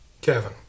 Kevin